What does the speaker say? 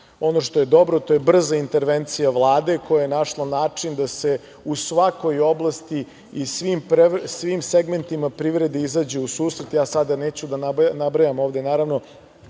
Ono što je dobro, to je brza intervencija Vlade koja je našla način da se u svakoj oblasti i svim segmentima privredi izađe u susret. Ja sada neću da nabrajam ovde, naravno,